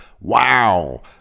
wow